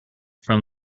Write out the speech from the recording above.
from